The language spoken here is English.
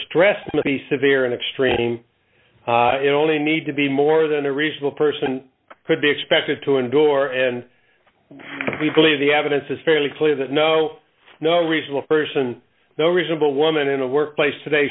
be severe and extreme only need to be more than a reasonable person could be expected to endure and we believe the evidence is fairly clear that no no reasonable person no reasonable woman in a workplace today